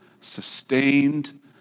sustained